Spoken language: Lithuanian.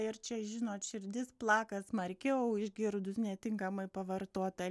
ir čia žinot širdis plaka smarkiau išgirdus netinkamai pavartotą